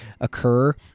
occur